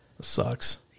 sucks